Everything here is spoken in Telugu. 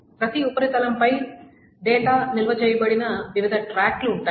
ప్రతి ఉపరితలంపై డేటా నిల్వ చేయబడిన వివిధ ట్రాక్లు ఉంటాయి